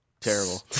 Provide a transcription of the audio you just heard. terrible